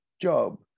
job